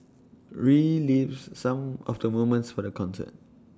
relives some of the moments for the concert